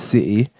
City